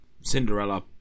cinderella